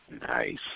Nice